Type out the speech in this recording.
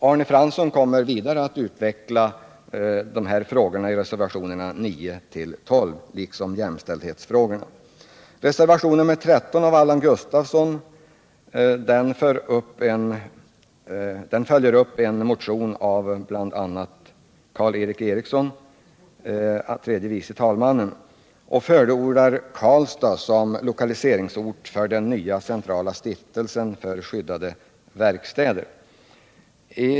Arne Fransson kommer att mera ingående behandla de frågor som tas upp i reservationerna 9-12 liksom också jämställdhetsfrågorna. Reservationen 13 av Allan Gustafsson följer upp en motion av bl.a. tredje vice talmannen Karl Erik Eriksson, där Karlstad förordas som lokaliseringsort för den nya centrala stiftelsen för skyddade verkstäder.